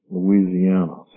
Louisiana